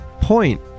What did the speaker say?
point